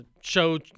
show